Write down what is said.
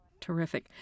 Terrific